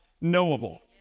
knowable